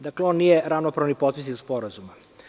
Dakle, on nije ravnopravni potpisnik sporazuma.